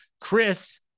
Chris